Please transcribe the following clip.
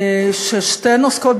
ששתיהן עוסקות,